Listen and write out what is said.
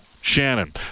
Shannon